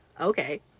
okay